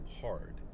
hard